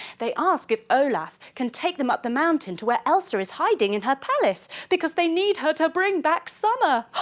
they ask if olaf can take them up the mountain to where elsa is hiding in her palace because they need her to bring back summer.